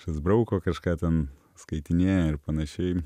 kažkas brauko kažką ten skaitinėja ir panašiai